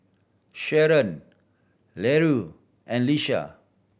Sharon Larue and Leisha